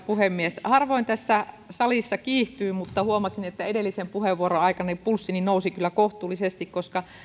puhemies harvoin tässä salissa kiihtyy mutta huomasin että edellisen puheenvuoroni aikana pulssini nousi kyllä kohtuullisesti koska